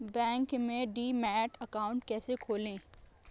Bank में demat account कैसे खोलें?